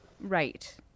Right